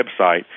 website